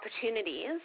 opportunities